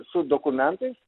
su dokumentais